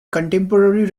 contemporary